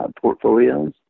portfolios